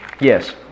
Yes